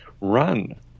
run